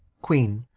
queen,